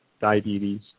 diabetes